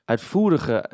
Uitvoerige